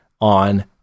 on